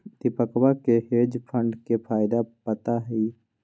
दीपकवा के hedge fund के फायदा पता हई